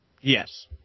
Yes